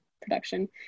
production